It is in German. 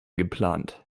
geplant